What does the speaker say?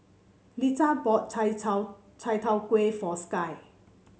Leatha bought Chai Chai Tow Kway for Sky